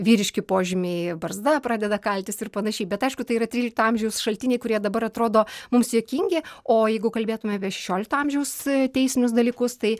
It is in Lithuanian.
vyriški požymiai barzda pradeda kaltis ir panašiai bet aišku tai yra trylikto amžiaus šaltiniai kurie dabar atrodo mums juokingi o jeigu kalbėtume apie šešiolikto amžiaus teisinius dalykus tai